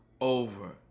over